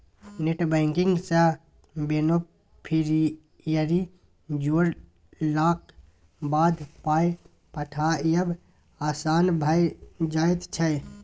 net banking सँ beneficiary जोड़लाक बाद पाय पठायब आसान भऽ जाइत छै